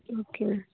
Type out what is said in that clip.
okay